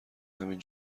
همین